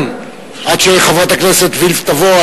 עד שחברת הכנסת וילף תבוא,